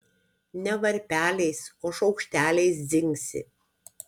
ne varpeliais o šaukšteliais dzingsi